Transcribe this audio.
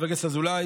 חבר הכנסת אזולאי,